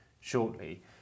shortly